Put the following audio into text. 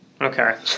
Okay